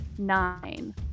Nine